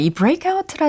breakout